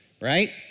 right